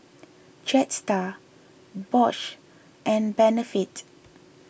Jetstar Bosch and Benefit